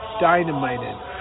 dynamited